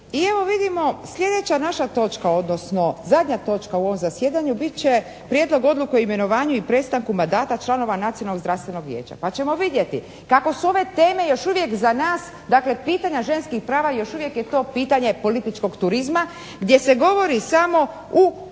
i evo vidimo sljedeća naša točka, odnosno zadnja točka u ovom zasjedanju bit će prijedlog odluke o imenovanju i prestanku mandata članova Nacionalnog zdravstvenog vijeća. Pa ćemo vidjeti kako su ove teme još uvijek za nas, dakle pitanja ženskih prava, još uvijek je to pitanje političkog turizma gdje se govori samo u